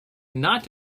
not